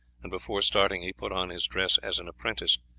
and before starting he put on his dress as an apprentice.